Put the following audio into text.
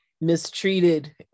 mistreated